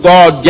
God